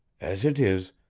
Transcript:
as it is,